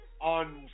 on